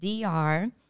DR